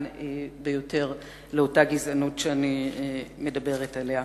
ביותר של אותה גזענות שאני מדברת עליה.